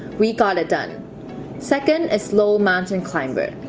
we thought it done second is lowell mountain-climber?